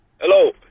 Hello